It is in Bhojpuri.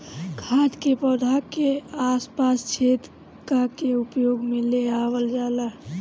खाद के पौधा के आस पास छेद क के उपयोग में ले आवल जाला